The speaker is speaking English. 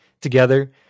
together